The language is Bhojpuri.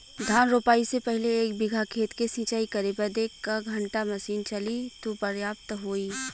धान रोपाई से पहिले एक बिघा खेत के सिंचाई करे बदे क घंटा मशीन चली तू पर्याप्त होई?